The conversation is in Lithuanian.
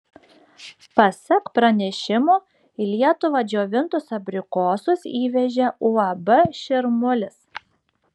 pasak pranešimo į lietuvą džiovintus abrikosus įvežė uab širmulis